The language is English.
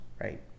right